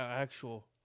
actual